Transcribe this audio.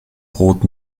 brot